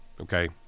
okay